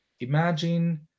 imagine